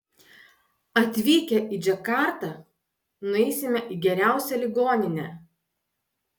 atvykę į džakartą nueisime į geriausią ligoninę